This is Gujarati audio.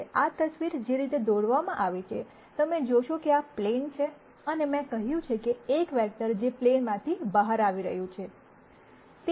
હવે આ તસવીર જે રીતે દોરવામાં આવી છે તમે જોશો કે આ પ્લેન છે અને મેં કહ્યું છે કે એક વેક્ટર જે પ્લેનમાંથી બહાર આવી રહ્યું છે